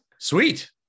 Sweet